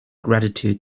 gratitude